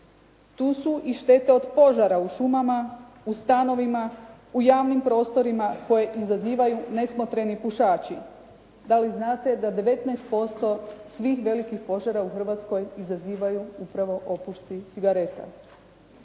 Tu su i štete od požara u šumama, u stanovima, u javnim prostorima koje izazivaju nesmotreni pušači. Da li znate da 19% svih velikih požara u Hrvatskoj izazivaju upravo opušci cigareta.